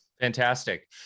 Fantastic